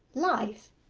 life!